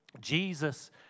Jesus